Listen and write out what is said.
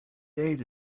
days